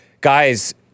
Guys